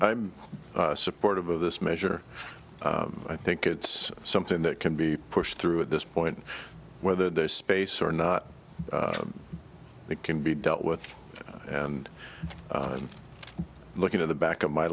i'm supportive of this measure i think it's something that can be pushed through at this point whether there's space or not it can be dealt with and i'm looking at the back of my